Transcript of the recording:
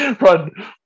run